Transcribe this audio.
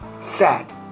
sad